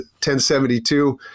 1072